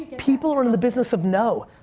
people are in the business of no.